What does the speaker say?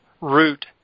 root